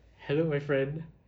hello my friend